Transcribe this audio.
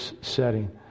setting